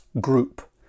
group